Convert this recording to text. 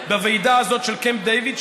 בוועידה הזאת של קמפ דייוויד,